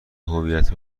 هویت